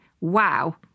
wow